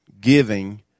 giving